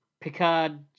Picard